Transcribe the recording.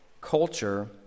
culture